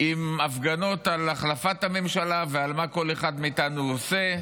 עם הפגנות על החלפת הממשלה ועל מה כל אחד מאיתנו עושה,